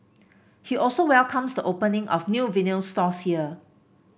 he also welcomes the opening of new vinyl stores here